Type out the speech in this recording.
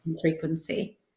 frequency